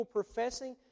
professing